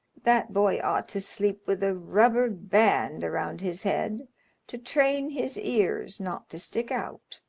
that boy ought to sleep with a rubber band around his head to train his ears not to stick out.